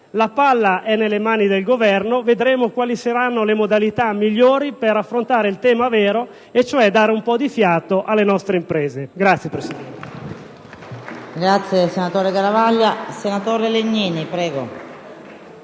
La palla è nelle mani del Governo: vedremo quali saranno le modalità migliori per affrontare il tema vero, quello cioè di dare un po' di fiato alle nostre imprese. *(Applausi